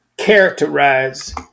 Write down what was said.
Characterize